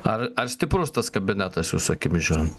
ar ar stiprus tas kabinetas jūsų akimis žiūrint